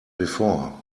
before